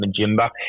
Majimba